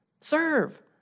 serve